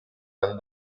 and